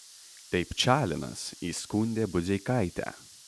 tai pčalinas įskundė budzeikaitę